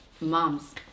moms